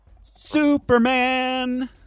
Superman